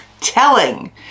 telling